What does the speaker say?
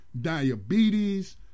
diabetes